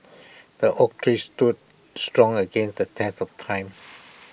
the oak tree stood strong against the test of time